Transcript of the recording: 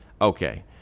okay